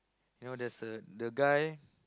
you know there's a the guy